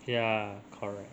ya correct